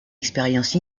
expérience